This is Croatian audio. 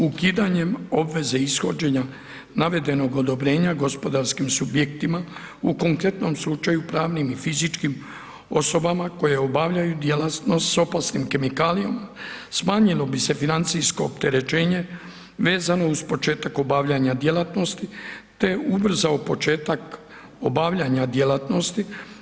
Ukidanjem obveze ishođenja navedenog odobrenja gospodarskim slučajevima, u konkretnom slučaju pravnim i fizičkim osobama koje obavljaju djelatnost s opasnim kemikalijama smanjilo bi se financijsko opterećenje vezano uz početak obavljanja djelatnosti, te ubrzao početak obavljanja djelatnosti.